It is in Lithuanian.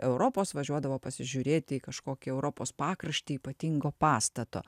europos važiuodavo pasižiūrėti į kažkokį europos pakraštį ypatingo pastato